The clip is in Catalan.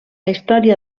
història